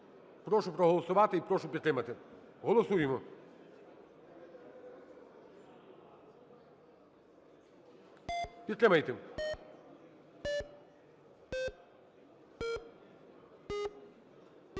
Прошу проголосувати і прошу підтримати. Голосуємо. Підтримайте.